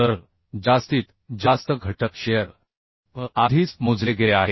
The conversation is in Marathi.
तर जास्तीत जास्त घटक शिअर V आधीच मोजले गेले आहे